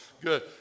Good